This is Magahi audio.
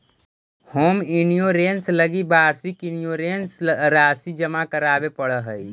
होम इंश्योरेंस लगी वार्षिक इंश्योरेंस राशि जमा करावे पड़ऽ हइ